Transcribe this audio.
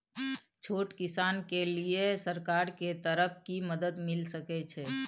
छोट किसान के लिए सरकार के तरफ कि मदद मिल सके छै?